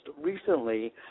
recently